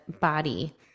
body